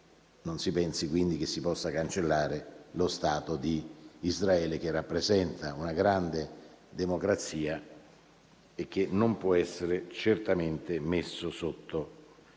Non si pensi quindi che si possa cancellare lo Stato di Israele, che rappresenta una grande democrazia e che non può essere certamente messo sotto scacco.